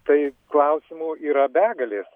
tai klausimų yra begalės